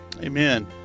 Amen